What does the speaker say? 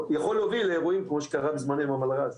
יכול להוביל לאירועים כמו שקרה בזמנו עם המלרז.